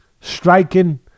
striking